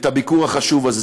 למנף את הביקור החשוב הזה.